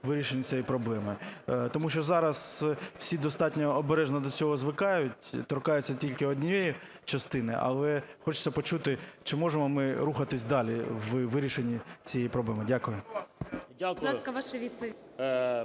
вирішенні цієї проблеми. Тому що зараз всі достатньо обережно до цього звикають, торкаються тільки однієї частини. Але хочеться почути чи можемо ми рухатися далі у вирішенні цієї проблеми? Дякую.